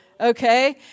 okay